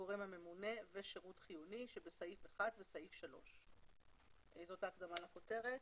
"הגורם הממונה" ו"שירות חיוני" שבסעיף 1 וסעיף 3)". זאת ההקדמה לכותרת.